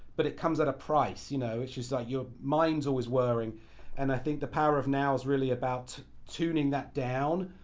but it comes at a price. you know it's just like, your mind's always worrying and i think the power of now is really about tuning that down,